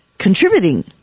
Contributing